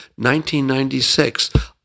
1996